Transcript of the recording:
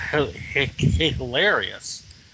hilarious